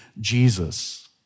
Jesus